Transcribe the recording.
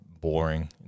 boring